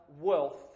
wealth